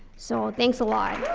so thanks a lot.